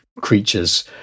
creatures